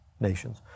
nations